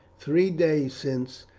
three days since,